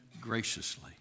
graciously